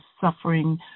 suffering